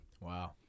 Wow